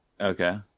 Okay